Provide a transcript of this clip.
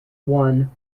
one